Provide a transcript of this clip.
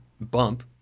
bump